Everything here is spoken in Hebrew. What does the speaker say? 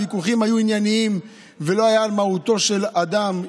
הוויכוחים היו ענייניים ולא היו על מהותו של אדם,